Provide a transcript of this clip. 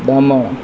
બોમો